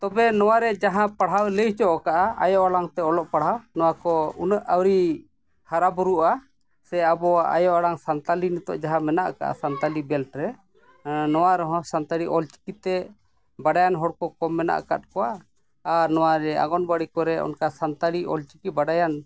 ᱛᱚᱵᱮ ᱱᱚᱣᱟᱨᱮ ᱡᱟᱦᱟᱸ ᱯᱟᱲᱦᱟᱣ ᱞᱟᱹᱭ ᱦᱚᱪᱚ ᱠᱟᱜᱼᱟ ᱟᱭᱳ ᱟᱲᱟᱝ ᱛᱮ ᱚᱞᱚᱜ ᱯᱟᱲᱦᱟᱣ ᱱᱚᱣᱟᱠᱚ ᱩᱱᱟᱹᱜ ᱟᱹᱣᱨᱤ ᱦᱟᱨᱟ ᱵᱩᱨᱩᱜᱼᱟ ᱥᱮ ᱟᱵᱚᱣᱟᱜ ᱟᱭᱳ ᱟᱲᱟᱝ ᱥᱟᱱᱛᱟᱲᱤ ᱱᱤᱛᱚᱜ ᱡᱟᱦᱟᱸ ᱢᱮᱱᱟᱜ ᱠᱟᱫᱟ ᱥᱟᱱᱛᱟᱲᱤ ᱵᱞᱮᱴ ᱨᱮ ᱱᱚᱣᱟ ᱨᱮᱦᱚᱸ ᱥᱟᱱᱛᱟᱲᱤ ᱚᱞ ᱪᱤᱠᱤ ᱛᱮ ᱵᱟᱲᱟᱭᱟᱱ ᱦᱚᱲ ᱠᱚ ᱠᱚᱢ ᱢᱮᱱᱟᱜ ᱠᱟᱜ ᱠᱚᱣᱟ ᱟᱨ ᱱᱚᱣᱟ ᱨᱮ ᱚᱝᱜᱚᱱᱚᱣᱟᱲᱤ ᱠᱚᱨᱮᱜ ᱚᱱᱠᱟ ᱥᱟᱱᱛᱟᱲᱤ ᱚᱞ ᱪᱤᱠᱤ ᱵᱟᱲᱟᱭᱟᱱ